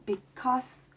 because